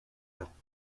parents